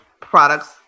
products